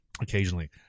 occasionally